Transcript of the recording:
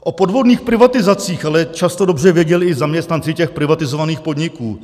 O podvodných privatizacích ale často dobře věděli i zaměstnanci těch privatizovaných podniků.